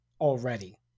already